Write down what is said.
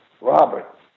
Robert